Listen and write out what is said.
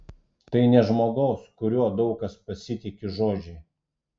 tai ne žmogaus kuriuo daug kas pasitiki žodžiai